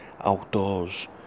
outdoors